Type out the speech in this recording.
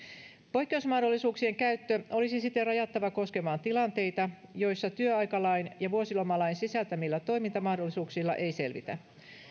poikkeusmahdollisuuksien käyttö olisi siten rajattava koskemaan tilanteita joissa työaikalain ja vuosilomalain sisältämillä toimintamahdollisuuksilla ei selvitä